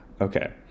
Okay